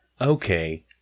okay